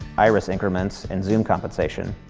iris increments and zoom compensation,